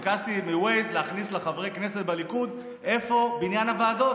ביקשתי מ-waze להכניס לחברי הכנסת בליכוד איפה בניין הוועדות.